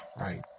Right